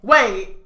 Wait